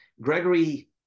Gregory